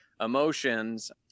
emotions